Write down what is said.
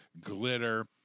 glitter